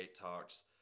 Talks